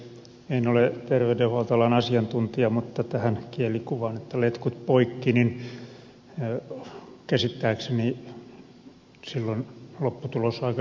en ole terveydenhuoltoalan asiantuntija mutta tästä kielikuvasta että letkut poikki sanoisin että käsittääkseni silloin lopputulos on aika dramaattinen